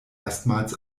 erstmals